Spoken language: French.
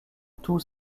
tout